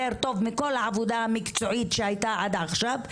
טוב מכל העבודה המקצועית שהייתה עד עכשיו,